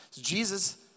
Jesus